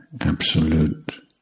absolute